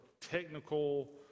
technical